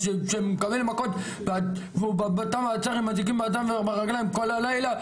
שמקבל מכות והוא בתא מעצר עם אזיקים בידיים וברגליים כל הלילה,